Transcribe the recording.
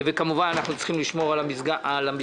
כמובן אנחנו צריכים לשמור על המסגרות,